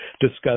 discuss